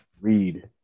Read